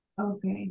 Okay